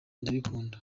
ndabikunda